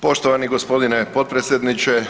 Poštovani g. potpredsjedniče.